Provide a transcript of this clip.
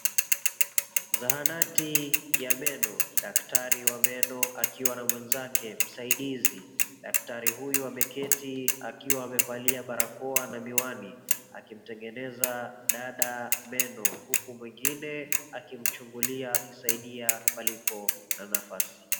Zahanati ya meno, daktari wa meno akiwa na mwenzake msaidizi, daktari huyo ameketi akiwa amevalia barakoa na miwani akimtengeneza dada meno huku mwengine akichungulia akisaidia palipo na nafasi.